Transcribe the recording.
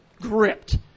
gripped